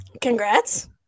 Congrats